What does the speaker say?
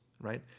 right